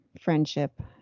friendship